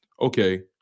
Okay